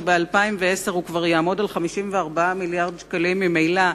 שב-2010 הוא כבר יהיה 54 מיליארד שקלים ממילא,